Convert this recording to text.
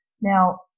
Now